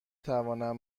توانم